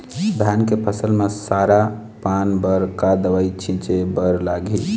धान के फसल म सरा पान बर का दवई छीचे बर लागिही?